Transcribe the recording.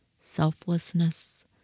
selflessness